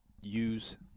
use